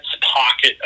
pocket